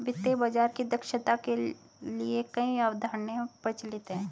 वित्तीय बाजार की दक्षता के लिए कई अवधारणाएं प्रचलित है